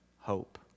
hope